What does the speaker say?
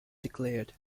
declared